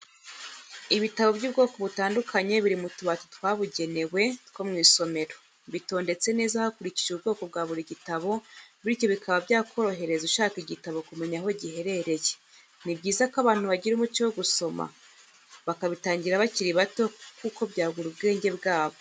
Ibitabo by'ubwoko butandukanye biri mu tubati twabugenewe two mu isomero, bitondetse neza hakurikijwe ubwoko bwa buri gitabo bityo bikaba byakorohereza ushaka igitabo kumenya aho giherereye, ni byiza ko abantu bagira umuco wo gusoma, bakabitangira bakiri bato kuko byagura ubwenge bwabo.